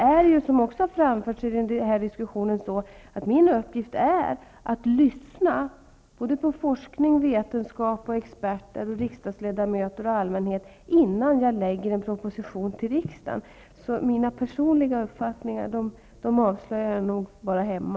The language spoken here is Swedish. Såsom också har framförts i den här diskussionen, är min uppgift att lyssna -- på forskning, vetenskap, experter, riksdagsledamöter och allmänhet -- innan jag lägger fram en proposition för riksdagen. Så mina personliga uppfattningar avslöjar jag nog bara hemma.